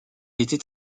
était